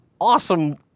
awesome